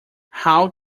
how